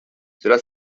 cela